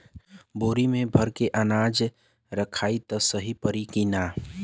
बोरी में भर के अनाज रखायी त सही परी की ना?